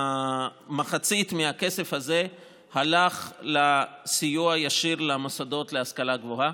מחצית מהכסף הזה הלך לסיוע ישיר למוסדות להשכלה גבוהה,